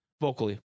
vocally